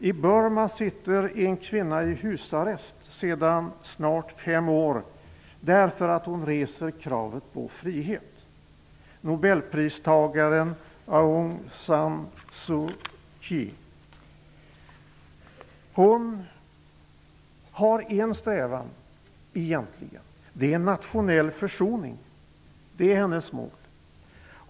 I Burma sitter en kvinna i husarrest sedan snart fem år tillbaka därför att hon reser kravet på frihet, nobelpristagaren Aung San Suu Kyi. Hon har egentligen en enda strävan, nämligen nationell försoning. Det är hennes mål.